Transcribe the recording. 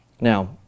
Now